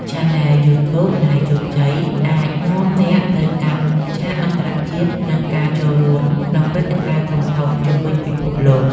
ឆានែលយូធូប ដែលជោគជ័យអាចនាំអ្នកទៅកាន់ឆាកអន្តរជាតិ និងការចូលរួមក្នុងព្រឹត្តិការណ៍ធំៗជុំវិញពិភពលោក។